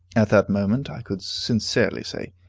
at that moment i could sincerely say,